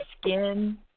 skin